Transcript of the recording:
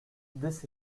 this